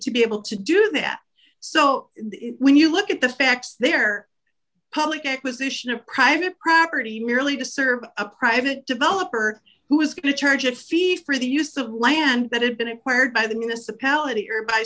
to be able to do that so when you look at the facts there are public acquisition of crime it property merely to serve a private developer who is going to charge a fee for the use of the land that had been acquired by the